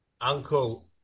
Uncle